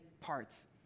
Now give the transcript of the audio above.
parts